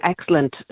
excellent